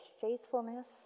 faithfulness